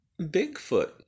Bigfoot